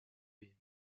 been